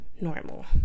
normal